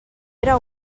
era